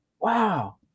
Wow